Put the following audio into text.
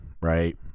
right